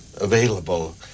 available